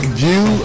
view